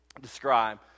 describe